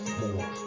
more